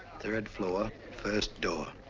third floor, first door.